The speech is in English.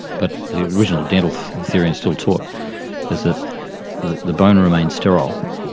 but the original dental theory and still taught is that the the bone remains sterile,